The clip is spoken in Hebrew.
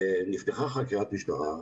נפתחה חקירת משטרה,